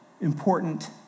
important